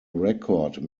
record